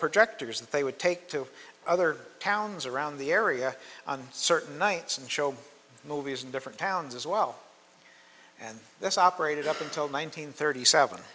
projectors that they would take to other towns around the area on certain nights and show movies in different towns as well and that's operated up until nineteen thirty seven